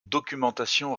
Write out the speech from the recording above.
documentation